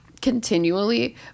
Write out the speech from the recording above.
continually